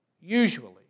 usually